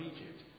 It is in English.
Egypt